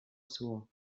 suor